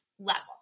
level